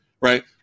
Right